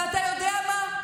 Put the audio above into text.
ואתה יודע מה?